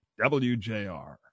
WJR